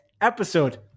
episode